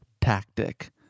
tactic